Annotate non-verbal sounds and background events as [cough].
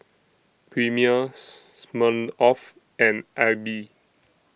Premier [noise] Smirnoff and AIBI